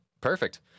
perfect